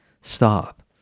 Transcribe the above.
Stop